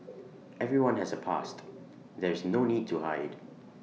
everyone has A past there is no need to hide